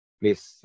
please